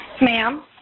Ma'am